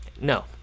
No